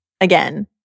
again